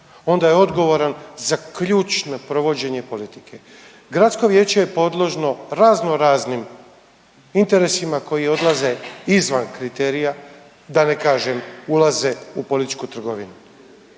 onda je odgovoran za ključno provođenje politike. Gradsko vijeće je podložno razno-raznim interesima koji odlaze izvan kriterija da ne kažem ulaze u političku trgovinu.